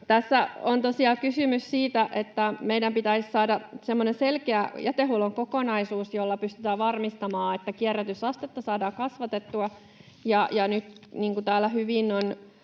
Tässä on tosiaan kysymys siitä, että meidän pitäisi saada semmoinen selkeä jätehuollon kokonaisuus, jolla pystytään varmistamaan, että kierrätysastetta saadaan kasvatettua,